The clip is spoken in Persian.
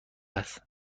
است